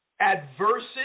adversity